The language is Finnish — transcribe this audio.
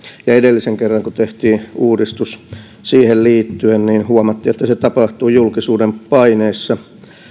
edellisen kerran kun tehtiin uudistus siihen liittyen huomattiin että se tapahtui julkisuuden paineessa